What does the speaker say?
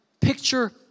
picture